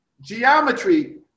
geometry